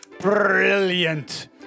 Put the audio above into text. Brilliant